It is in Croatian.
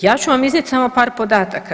Ja ću vam iznijeti samo par podataka.